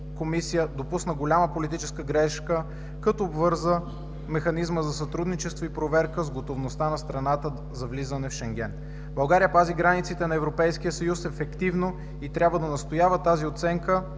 комисия допусна голяма политическа грешка като обвърза механизма за сътрудничество и проверка с готовността на страната за влизане в Шенген. България пази границите на Европейския съюз ефективно и трябва да настоява тази оценка